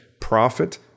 profit